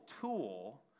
tool